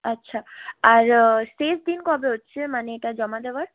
আচ্ছা আর শেষ দিন কবে হচ্ছে মানে এটা জমা দেওয়ার